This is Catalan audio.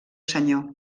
senyor